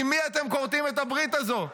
עם מי אתם כורתים את הברית הזאת?